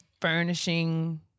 furnishing